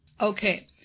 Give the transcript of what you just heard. Okay